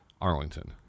Arlington